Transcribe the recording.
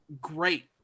great